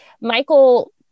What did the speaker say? michael